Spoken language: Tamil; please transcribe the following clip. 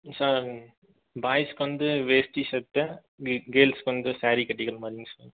சார் பாய்ஸ்க்கு வந்து வேஷ்ட்டி சட்டை கே கேர்ள்ஸ்க்கு வந்து சாரீ கட்டிக்கிற மாதிரிங்க சார்